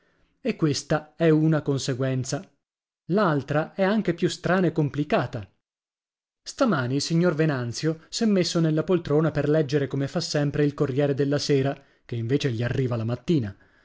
e questa è una conseguenza l'altra è anche più strana e complicata stamani il signor venanzio s'è messo nella poltrona per leggere come fa sempre il corriere della sera che invece gli arriva la mattina